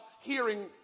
hearing